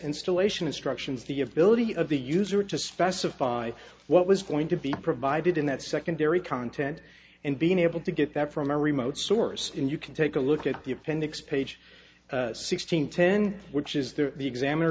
installation instructions the ability of the user to specify what was going to be provided in that secondary content and being able to get that from a remote source and you can take a look at the appendix page sixteen ten which is the